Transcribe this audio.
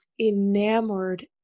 enamored